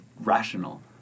rational